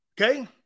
Okay